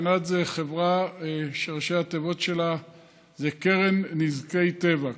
קנ"ט זה חברה שראשי התיבות שלה זה קרן נזקי טבע,